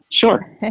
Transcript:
sure